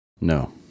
No